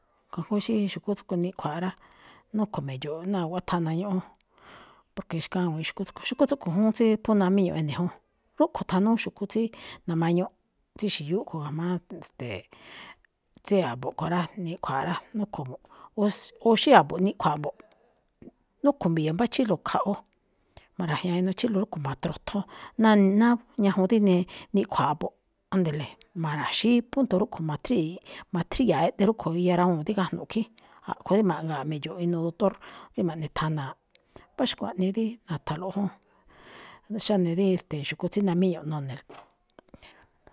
Kajngó xí xu̱kú tsuꞌkhue̱n niꞌkhua̱a̱ꞌ rá, núkho̱ mi̱dxo̱ꞌ ná guꞌwá thana ñúꞌún, porque xkawi̱in xu̱kú tsúꞌkho̱. Xu̱kú tsúꞌkho̱ júún tsí phú namíñu ene̱ jún. Rúꞌkho̱ thanúú xu̱kú tsí na̱mañuꞌ, tsí xi̱yú kho̱ ga̱jma̱á, ste̱e̱, tsí a̱bo̱ꞌ kho̱ rá, niꞌkhua̱a̱ꞌ rá, núkho̱ mbo̱ꞌ. O xí a̱bo̱ꞌ niꞌkhua̱a̱ꞌ mbo̱ꞌ, núkho̱ mbi̱ya̱ mbá chílo̱ kaꞌwu, ma̱ra̱jña̱a inuu chílo̱ rúꞌkho̱, ma̱tro̱thon ná-náá ñajuun di ne- niꞌkhua̱a̱ꞌ a̱bo̱ꞌ, ándele, ma̱ra̱xíí punto rúꞌkho̱, ma̱triy- ma̱tríya̱ꞌ iꞌdi rúꞌkho̱ iya rawuu̱n rí gajno̱ꞌ khín, a̱ꞌkhue̱n dí ma̱ꞌnga̱a̱ mi̱dxo̱ꞌ inuu doctor, rí ma̱ꞌnethanaaꞌ. Mbá xkuaꞌnii dí na̱tha̱nlo̱ꞌ jún, xáne dí, ste̱e̱, xu̱kú tsí namíñuꞌ none̱.